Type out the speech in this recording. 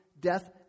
death